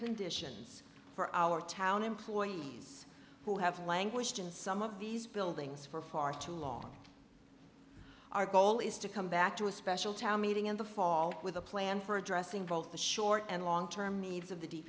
conditions for our town employees who have languished in some of these buildings for far too long our goal is to come back to a special town meeting in the fall with a plan for addressing both the short and long term needs of the d